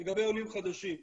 לגבי עולים חדשים,